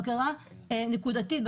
בקרה נקודתית,